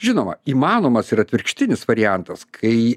žinoma įmanomas ir atvirkštinis variantas kai